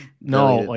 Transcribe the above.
No